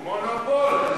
"מונופול".